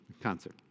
Concert